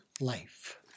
life